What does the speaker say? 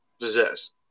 possess